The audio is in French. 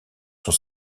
sur